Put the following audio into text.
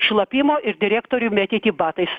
šlapimo ir direktoriui mėtyti batais